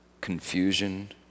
confusion